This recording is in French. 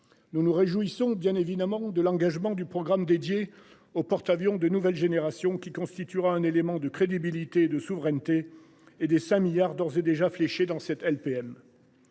Nous nous réjouissons bien évidemment de langage. Du programme dédié au porte-. Avions de nouvelle génération qui constituera un élément de crédibilité de souveraineté et des 5 milliards d'ores et déjà fléchés dans cette LPM.